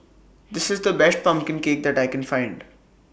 This IS The Best Pumpkin Cake that I Can Find